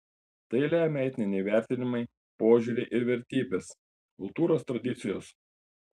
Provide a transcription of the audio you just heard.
tai lemia etiniai vertinimai požiūriai ir vertybės kultūros tradicijos